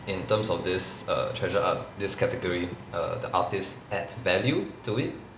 in terms of this err treasure art this category err the artist adds value to it